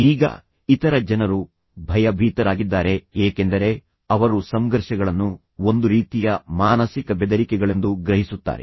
ಈಗ ಇತರ ಜನರು ಭಯಭೀತರಾಗಿದ್ದಾರೆ ಏಕೆಂದರೆ ಅವರು ಸಂಘರ್ಷಗಳನ್ನು ಒಂದು ರೀತಿಯ ಮಾನಸಿಕ ಬೆದರಿಕೆಗಳೆಂದು ಗ್ರಹಿಸುತ್ತಾರೆ